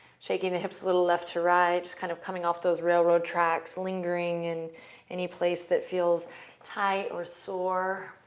shaking the hips a little left to right, just kind of coming off those railroad tracks, lingering in any place that feels tight or sore.